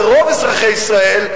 לרוב אזרחי ישראל,